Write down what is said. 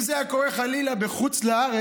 אם זה היה קורה, חלילה, בחוץ-לארץ,